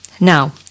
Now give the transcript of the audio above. Now